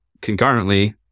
concurrently